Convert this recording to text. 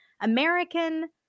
American